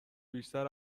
بیشتر